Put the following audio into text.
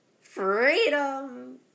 Freedom